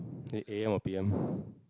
A_M or P_M